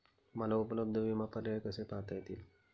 मला उपलब्ध विमा पर्याय कसे पाहता येतील?